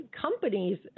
companies